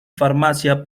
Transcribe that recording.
farmacia